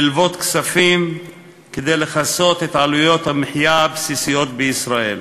ללוות כספים כדי לכסות את עלויות המחיה הבסיסיות בישראל: